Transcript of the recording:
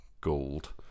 gold